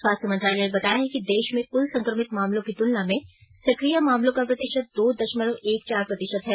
स्वास्थ्य मंत्रालय ने बताया है कि देश में कुल संकमित मामलों की तुलना में सकिय मामलों का प्रतिशत दो दशमलव एक चार प्रतिशत है